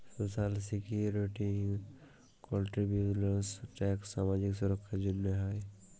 social security contributions tax সামাজিক সুরক্ষার জ্যনহে হ্যয়